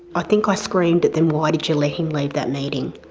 i think i screamed at them, why did you let him leave that meeting?